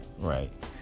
Right